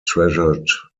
treasured